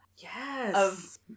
Yes